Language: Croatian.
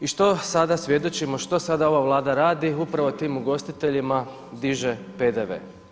I što sada svjedočimo, što sada ova Vlada radi upravo tim ugostiteljima diže PDV.